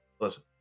listen